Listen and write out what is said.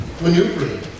maneuvering